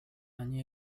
ani